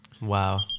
Wow